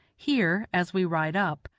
here, as we ride up,